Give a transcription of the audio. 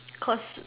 cause